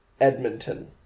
Edmonton